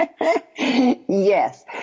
Yes